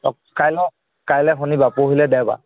অঁ কাইলৈ কাইলৈ শনিবাৰ পৰহিলৈ দেওবাৰ